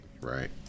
right